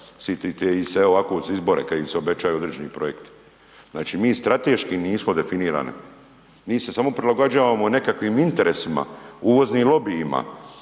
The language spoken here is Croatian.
Sitite se evo ovako uz izbore kad se obećaju određeni projekti. Znači, mi strateški nismo definirane, mi se samo prilagođavamo nekakvim interesima, uvoznim lobijima